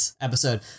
episode